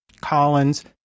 Collins